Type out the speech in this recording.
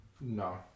No